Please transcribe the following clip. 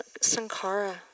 Sankara